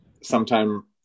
sometime